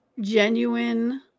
Genuine